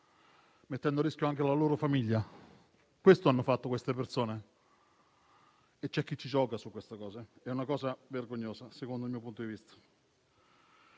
mettendo a rischio anche la propria famiglia. Questo hanno fatto quelle persone. C'è chi gioca su questo ed è una cosa vergognosa, secondo il mio punto di vista.